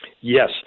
yes